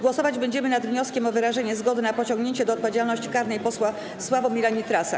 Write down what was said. Głosować będziemy nad wnioskiem o wyrażenie zgody na pociągnięcie do odpowiedzialności karnej posła Sławomira Nitrasa.